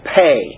pay